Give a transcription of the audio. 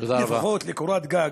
לפחות לקורת גג.